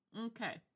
Okay